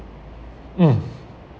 mm